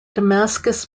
damascus